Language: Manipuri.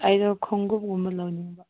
ꯑꯩꯗꯣ ꯈꯣꯡꯎꯞꯒꯨꯝꯕ ꯂꯧꯅꯤꯡꯕ